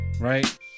right